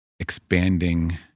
expanding